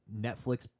Netflix